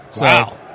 Wow